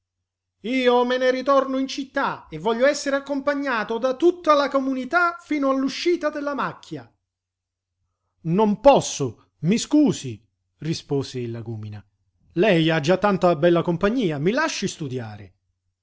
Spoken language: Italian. io me ne ritorno in città e voglio essere accompagnato da tutta la comunità fino all'uscita della macchia non posso mi scusi rispose il lagúmina lei ha già tanta bella compagnia i lasci studiare